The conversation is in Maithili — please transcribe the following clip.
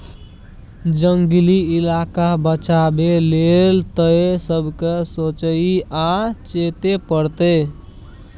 जंगली इलाका बचाबै लेल तए सबके सोचइ आ चेतै परतै